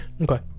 Okay